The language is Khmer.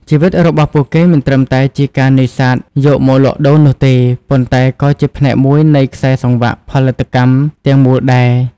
ជីវិតរបស់ពួកគេមិនត្រឹមតែជាការនេសាទយកមកលក់ដូរនោះទេ ប៉ុន្តែក៏ជាផ្នែកមួយនៃខ្សែសង្វាក់ផលិតកម្មទាំងមូលដែរ។